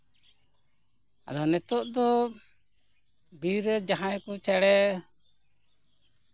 ᱟᱫᱚ ᱱᱤᱛᱳᱜ ᱫᱚ ᱵᱤᱨ ᱨᱮ ᱡᱟᱦᱟᱸᱭ ᱠᱚ ᱪᱮᱬᱮ